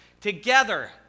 together